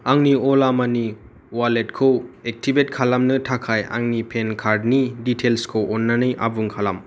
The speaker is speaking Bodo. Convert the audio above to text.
आंनि अला मानि वालेटखौ एकटिभेट खालामनो थाखाय आंनि पेन कार्डनि दिटेल्सखौ अन्नानै आबुं खालाम